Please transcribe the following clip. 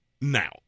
Now